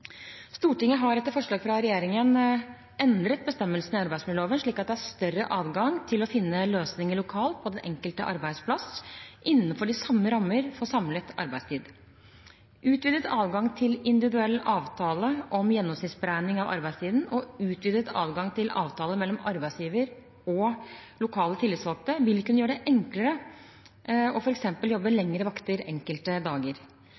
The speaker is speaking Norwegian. Stortinget har etter forslag fra regjeringen endret bestemmelsene i arbeidsmiljøloven slik at det er større adgang til å finne løsninger lokalt på den enkelte arbeidsplass, innenfor de samme rammene for samlet arbeidstid. Utvidet adgang til individuell avtale om gjennomsnittsberegning av arbeidstiden og utvidet adgang til avtale mellom arbeidsgiver og lokale tillitsvalgte vil kunne gjøre det enklere f.eks. å jobbe lengre vakter enkelte dager.